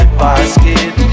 basket